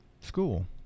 School